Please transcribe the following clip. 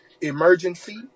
emergency